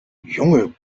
junge